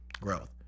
growth